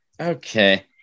okay